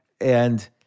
And-